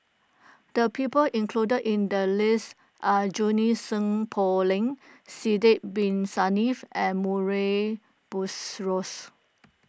the people included in the list are Junie Sng Poh Leng Sidek Bin Saniff and Murray Buttrose